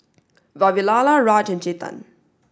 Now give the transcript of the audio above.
Vavilala Raj and Chetan